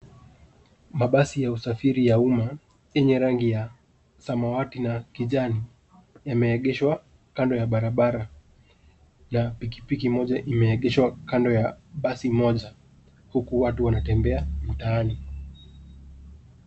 Mabasi ya usafiri ya umma, yenye rangi ya samawati na kijani, yameegeshwa kando ya barabara. Na pikipiki moja imeegeshwa kando ya basi moja, huku watu wanatembea mtaani.